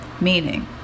meaning